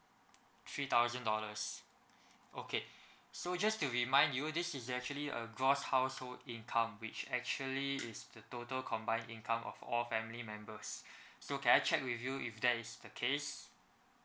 three thousand dollars okay so just to remind you this is actually a gross household income which actually is the total combined income of all family members so can I check with you if that is the case